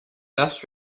dust